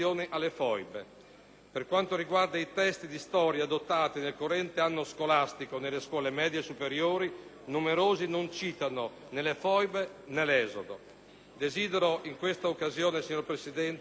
Per quanto riguarda i testi di storia adottati nel corrente anno scolastico nelle scuole medie superiori, numerosi non citano né le foibe né l'esodo. Desidero in questa occasione, signor Presidente, colleghi senatori,